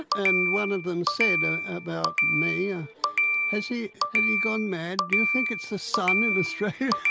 and one of them said about me, ah has he and he gone mad, do you think it's the sun in australia?